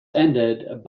ended